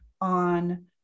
on